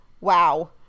wow